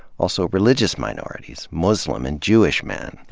also religious minorities muslim and jewish men.